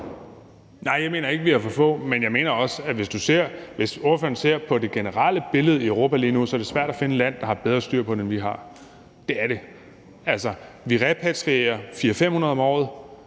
Nej, jeg mener ikke, at vi har for få, men jeg mener også, at hvis spørgeren ser på det generelle billede i Europa lige nu, er det svært at finde et land, der har bedre styr på det, end vi har; det er det. Altså, vi repatrierer 400-500 om året,